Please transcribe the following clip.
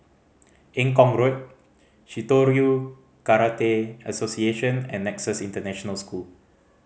Eng Kong Road Shitoryu Karate Association and Nexus International School